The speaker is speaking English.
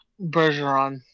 Bergeron